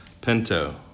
Pinto